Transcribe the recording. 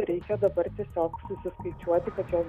reikia dabar tiesiog susiskaičiuoti kad jos